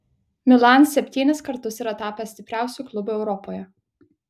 milan septynis kartus yra tapęs stipriausiu klubu europoje